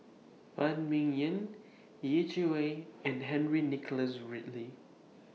Phan Ming Yen Yeh Chi Wei and Henry Nicholas Ridley